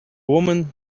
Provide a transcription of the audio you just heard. woman